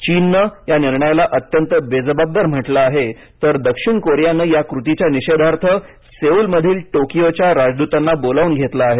चीनने या निर्णयाला अत्यंत बेजबाबदार म्हटलं आहे तर दक्षिण कोरियाने या कृतीच्या निषेधार्थ सेऊलमधील टोकियोच्या राजदूतांना बोलावून घेतलं आहे